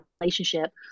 relationship